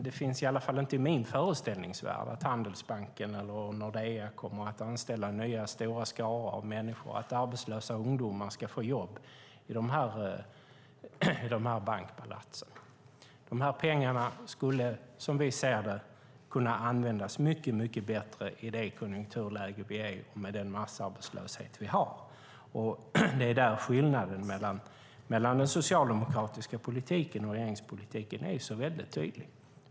Det finns i alla fall inte i min föreställningsvärld att Handelsbanken eller Nordea kommer att anställa nya stora skaror av människor eller att arbetslösa ungdomar ska få jobb i dessa bankpalats. Pengarna skulle, som vi ser det, kunna användas mycket bättre i det konjunkturläge vi är i och med den massarbetslöshet vi har. Det är där skillnaden mellan den socialdemokratiska politiken och regeringspolitiken är så tydlig.